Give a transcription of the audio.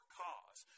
cause